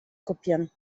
kopieren